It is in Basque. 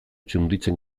txunditzen